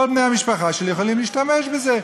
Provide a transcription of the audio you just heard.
כל בני המשפחה שלי יכולים להשתמש בזה.